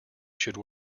should